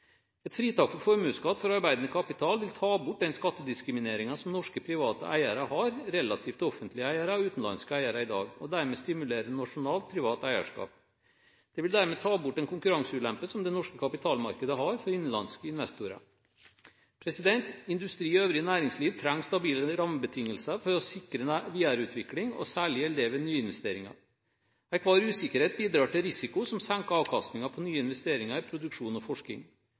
Et fritak for formuesskatt på arbeidende kapital vil ta bort den skattediskrimineringen som norske private eiere har relativt sammenlignet med offentlige eiere og utenlandske eiere i dag. Det vil stimulere til nasjonalt privat eierskap. Det vil dermed ta bort den konkurranseulempen som det norske kapitalmarkedet har for innenlandske investorer. Industri og øvrig næringsliv trenger stabile rammebetingelser for å sikre videreutvikling. Særlig gjelder det ved nyinvesteringer. Enhver usikkerhet bidrar til risiko som senker avkastningen på nyinvesteringer, produksjon og forskning.